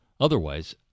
Otherwise